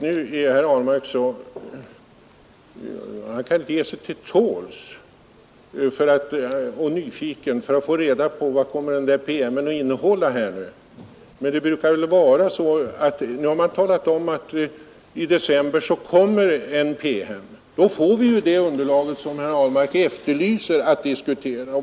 Nu är herr Ahlmark otålig och nyfiken på att få reda på vad promemorian kommer att innehålla. Det har meddelats att denna PM kommer i december, och då får vi det underlag som herr Ahlmark efterlyser.